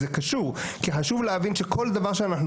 זה קשור כי חשוב להבין שכל דבר שאנחנו